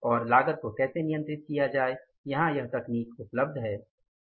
और लागत को कैसे नियंत्रित किया जाए यहां यह तकनीक उपलब्ध है